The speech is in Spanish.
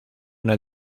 una